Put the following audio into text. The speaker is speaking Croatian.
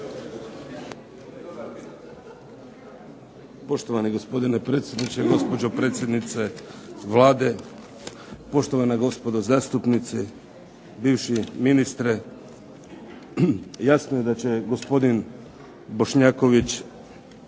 Poštovani gospodine predsjedniče. Gospođo predsjednice Vlade, poštovana gospodo zastupnici, bivši ministre. Jasno je da će gospodin Bošnjaković